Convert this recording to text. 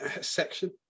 section